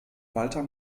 walter